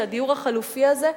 שהדיור החלופי הזה,